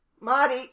Marty